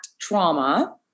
trauma